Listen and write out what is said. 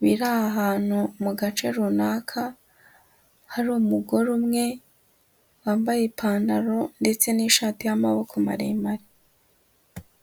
biri ahantu mu gace runaka, hari umugore umwe wambaye ipantaro ndetse n'ishati y'amaboko maremare.